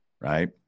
right